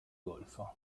golfo